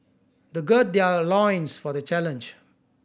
they gird their loins for the challenge